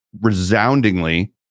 resoundingly